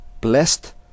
blessed